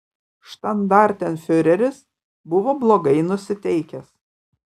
štandartenfiureris buvo blogai nusiteikęs